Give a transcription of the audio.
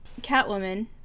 Catwoman